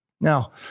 Now